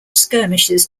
skirmishes